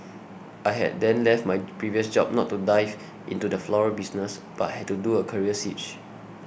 I had then left my previous job not to dive into the floral business but had to do a career switch